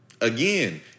Again